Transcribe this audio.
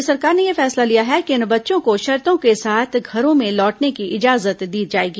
राज्य सरकार ने यह फैसला लिया है कि इन बच्चों को शर्तों के साथ घरों में लौटने की इजाजत दी जाएगी